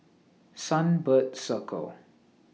Sunbird Circle